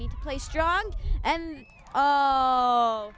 need to play strong and